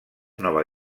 nova